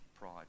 pride